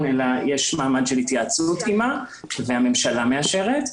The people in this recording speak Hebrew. אלא יש מעמד של התייעצות עימה והממשלה מאשרת.